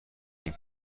این